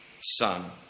Son